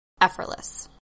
effortless